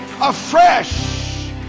afresh